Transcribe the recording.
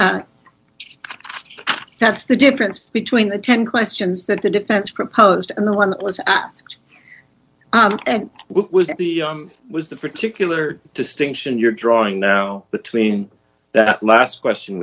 that's the difference between the ten questions that the defense proposed and the one that was asked and what was the was the particular distinction you're drawing now between that last question